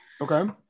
Okay